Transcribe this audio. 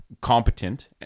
competent